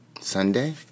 Sunday